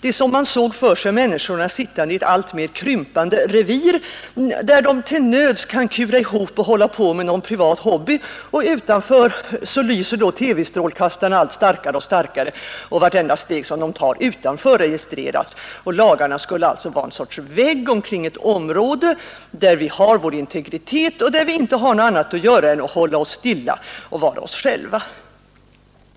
Det är som om man såg för sig människorna sittande i ett alltmer krympande revir där de till nöds kan kura ihop och hålla på med någon privat hobby; utanför lyser TV-strålkastarna allt starkare, och vartenda steg de tar utanför registreras. Lagarna skulle alltså vara ett slags vägg omkring ett område, där vi har vår integritet och där vi inte har något annat att göra än att hålla oss stilla och vara oss själva.